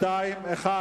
הסתייגות או קריאה